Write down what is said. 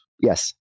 yes